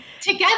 together